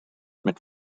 mit